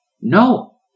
No